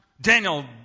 Daniel